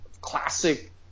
classic